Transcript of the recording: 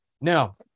Now